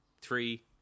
three